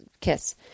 kiss